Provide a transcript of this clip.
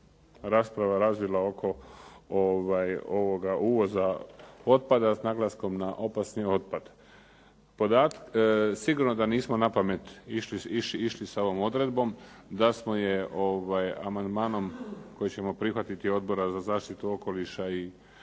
rasprava razvila oko ovoga uvoza otpada s naglaskom na opasni otpad. Sigurno da nismo na pamet sa ovom odredbom, da smo je amandmanom koji ćemo prihvatiti Odbora za zaštitu okoliša i